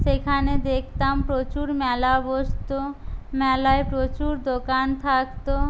সেখানে দেখতাম প্রচুর মেলা বসত মেলায় প্রচুর দোকান থাকত